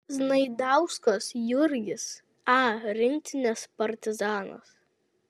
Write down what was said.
znaidauskas jurgis a rinktinės partizanas